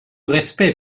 respect